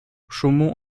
chaumont